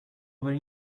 over